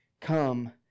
come